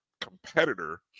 competitor